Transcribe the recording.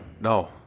No